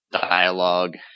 dialogue